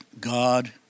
God